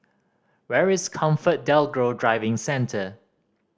where is ComfortDelGro Driving Centre